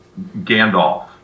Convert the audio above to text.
Gandalf